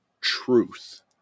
truth